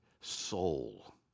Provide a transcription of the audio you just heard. soul